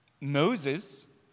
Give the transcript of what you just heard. Moses